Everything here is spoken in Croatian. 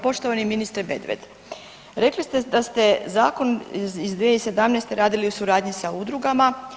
Poštovani ministre Medved rekli ste da ste zakon iz 2017. radili u suradnji sa udrugama.